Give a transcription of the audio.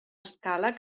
escala